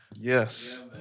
Yes